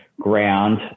ground